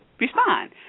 respond